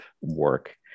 work